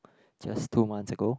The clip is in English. just two month ago